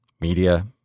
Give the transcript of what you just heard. Media